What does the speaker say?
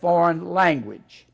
foreign language